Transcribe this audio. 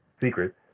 secret